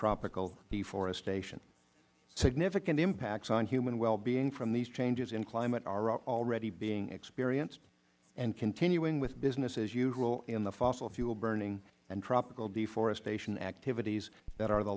tropical deforestation significant impacts on human well being from these changes in climate are already being experienced and continuing with business as usual in the fossil fuel burning and tropical deforestation activities that are the